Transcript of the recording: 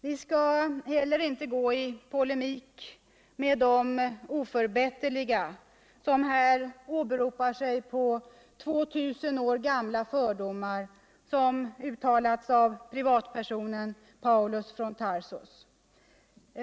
Vi skall heller inte gå i polemik med de oförbätterliga, som här åberopar sig på två tusen år gamla fördomar, uttalade av privatpersonen Paulus från Tarsus.